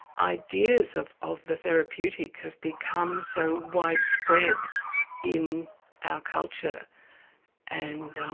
ideas of of the therapeutic have become so widespread in our culture and